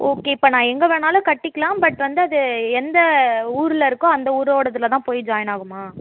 okay இப்போ நான் எங்கே வேணாலும் கட்டிக்கலாம் பட் வந்து அது எந்த ஊரில் இருக்கோ அந்த ஊரோடதுல தான் போய் ஜாயின் ஆகுமா